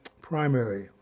primary